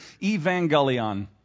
evangelion